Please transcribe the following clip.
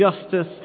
justice